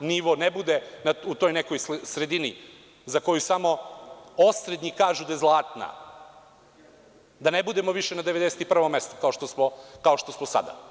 nivo ne bude u toj nekoj sredini, za koju samo osrednji kažu da je zlatna, da ne budemo više na 91 mestu, kao što smo sada.